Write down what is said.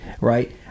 Right